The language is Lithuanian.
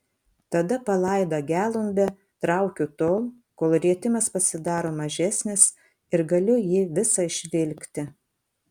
tada palaidą gelumbę traukiu tol kol rietimas pasidaro mažesnis ir galiu jį visą išvilkti